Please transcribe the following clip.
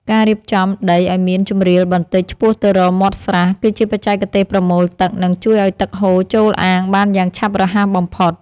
ការរៀបចំដីឱ្យមានជម្រាលបន្តិចឆ្ពោះទៅរកមាត់ស្រះ គឺជាបច្ចេកទេសប្រមូលទឹក និងជួយឱ្យទឹកហូរចូលអាងបានយ៉ាងឆាប់រហ័សបំផុត។